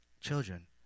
Children